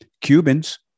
Cubans